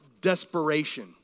desperation